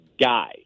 guy